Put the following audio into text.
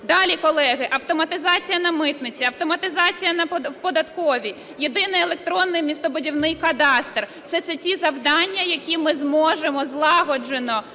Далі, колеги, автоматизація на митниці, автоматизація в податковій, єдиний електронний містобудівний кадастр. Все це ті завдання, які ми зможемо злагоджено